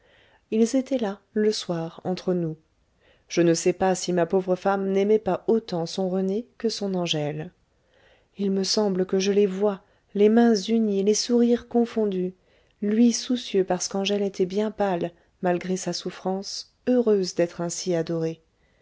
ils étaient là le soir entre nous je ne sais pas si ma pauvre femme n'aimait pas autant son rené que son angèle il me semble que je les vois les mains unies les sourires confondus lui soucieux parce qu'angèle était bien pâle malgré sa souffrance heureuse d'être ainsi adorée